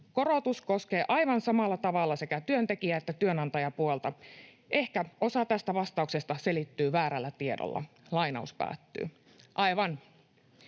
korotus koskee aivan samalla tavalla sekä työntekijä- että työnantajapuolta. Ehkä osa tästä vastustuksesta selittyy väärällä tiedolla.” Aivan,